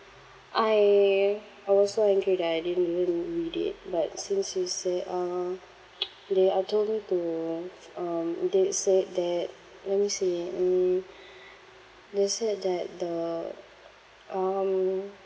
I I was so angry that I didn't even read it but since you say uh they are told me to went um they said that let me see mm they said that the um